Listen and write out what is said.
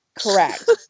correct